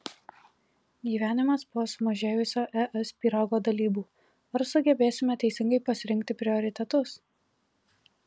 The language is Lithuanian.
gyvenimas po sumažėjusio es pyrago dalybų ar sugebėsime teisingai pasirinkti prioritetus